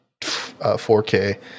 4k